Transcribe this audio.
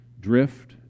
drift